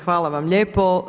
Hvala vam lijepo.